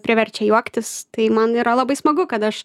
priverčia juoktis tai man yra labai smagu kad aš